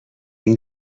این